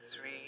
three